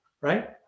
right